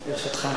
ברשותך.